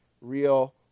real